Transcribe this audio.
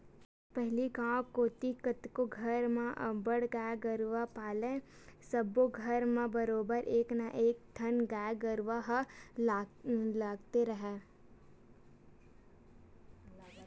पहिली गांव कोती कतको घर म अब्बड़ गाय गरूवा पालय सब्बो घर म बरोबर एक ना एकठन गाय गरुवा ह लगते राहय